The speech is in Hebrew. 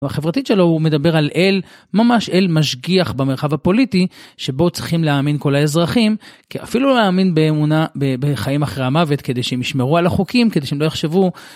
החברתית שלו מדבר על אל, ממש אל משגיח במרחב הפוליטי שבו צריכים להאמין כל האזרחים אפילו להאמין באמונה בחיים אחרי המוות כדי שהם ישמרו על החוקים כדי שהם לא יחשבו.